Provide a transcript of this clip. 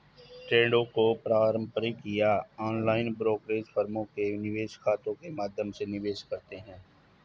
ट्रेडों को पारंपरिक या ऑनलाइन ब्रोकरेज फर्मों के निवेश खातों के माध्यम से निवेश करते है